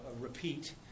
repeat